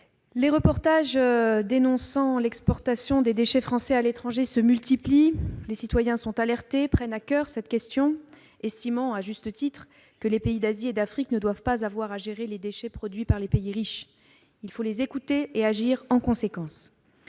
Les reportages dénonçant l'exportation de déchets produits en France se multiplient. Les citoyens sont alertés sur cette question et ils la prennent à coeur, estimant à juste titre que les pays d'Asie et d'Afrique ne doivent pas avoir à gérer les déchets produits par les pays riches. Il faut les écouter et agir en conséquence.